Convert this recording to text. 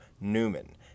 Newman